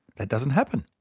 that doesn't happen.